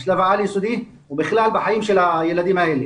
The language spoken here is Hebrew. בשלב העל-יסודי ובכלל בחיים של הילדים האלה.